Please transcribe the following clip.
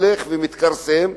הולך ומתכרסם.